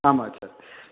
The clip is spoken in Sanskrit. आम् आचार्य